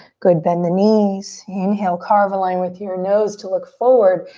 good, bend the knees. inhale, carve a line with your nose to look forward.